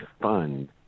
fund